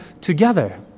together